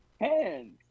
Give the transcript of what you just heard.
hands